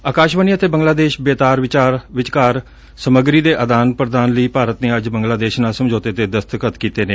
ਆਕਾਸ਼ਵਾਣੀ ਅਤੇ ਬੰਗਲਾ ਦੇਸ਼ ਬੇਤਾਰ ਵਿਚਕਾਰ ਸਮੱਗਰੀ ਦੇ ਆਦਾਨ ਪੁਦਾਨ ਲਈ ਭਾਰਤ ਨੇ ਅੱਜ ਬੰਗਲਾਦੇਸ਼ ਨਾਲ ਸਮਝੌਤੇ ਤੇ ਦਸਤਖਤ ਕੀਤੇ ਨੇ